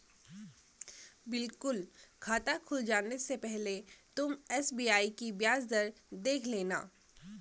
बिल्कुल खाता खुल जाने से पहले तुम एस.बी.आई की ब्याज दर देख लेना